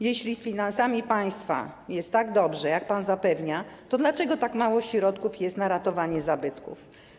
Jeśli z finansami państwa jest tak dobrze, jak pan zapewnia, to dlaczego tak mało środków jest na ratowanie zabytków?